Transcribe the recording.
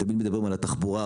מדברים על התחבורה,